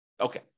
Okay